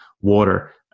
water